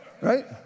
Right